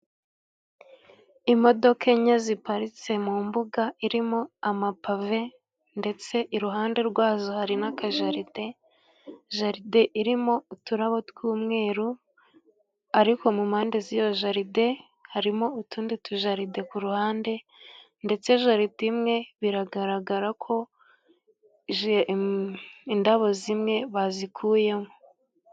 Imodoka enye ziparitse mu mbuga irimo amapave ndetse iruhande rwazo hari n'akajaride. Jaride irimo uturabo tw'umweru ariko mu mpande z'iyo jaride, harimo utundi tujaride ku ruhande. Ndetse jaride imwe biragaragara ko indabo zimwe bazikuyemo.